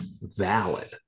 valid